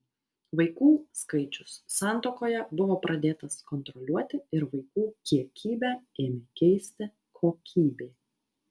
vaikų skaičius santuokoje buvo pradėtas kontroliuoti ir vaikų kiekybę ėmė keisti kokybė